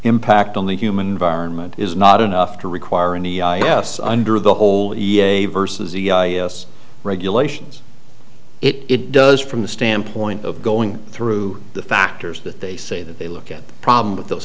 impact on the human environment is not enough to require in the us under the old versus the regulations it does from the standpoint of going through the factors that they say that they look at the problem with those